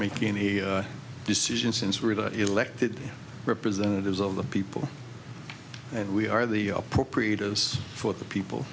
making the decision since we're the elected representatives of the people and we are the appropriators for the people